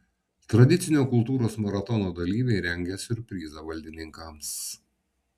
tradicinio kultūros maratono dalyviai rengia siurprizą valdininkams